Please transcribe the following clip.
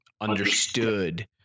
understood